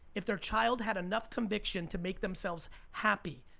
if their child had enough conviction to make themselves happy.